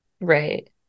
right